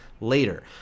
later